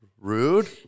Rude